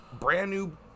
brand-new